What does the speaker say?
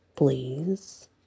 Please